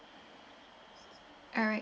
alright